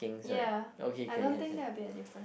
ya I don't think that will be the different